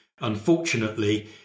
Unfortunately